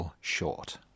short